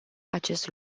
acest